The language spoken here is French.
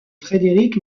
frederik